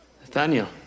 Nathaniel